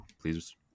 please